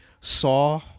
Saw